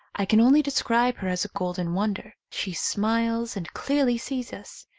i can only describe her as a golden wonder. she smiles and clearly sees us.